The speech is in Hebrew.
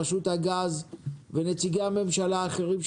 רשות הגז ונציגי הממשלה האחרים,